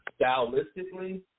stylistically